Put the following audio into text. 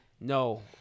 No